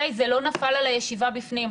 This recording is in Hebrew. זה לא נפל על הישיבה בפנים,